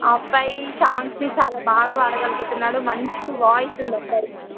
ఆ అబ్బాయి సాంగ్స్ని చాలా బాగా పాడగలుగుతున్నాడు మంచి వాయిస్ ఉంది అబ్బాయికి